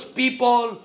people